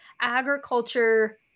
agriculture